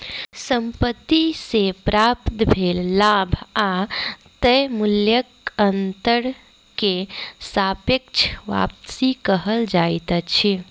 संपत्ति से प्राप्त भेल लाभ आ तय मूल्यक अंतर के सापेक्ष वापसी कहल जाइत अछि